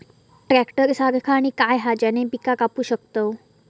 Tractor सारखा आणि काय हा ज्याने पीका कापू शकताव?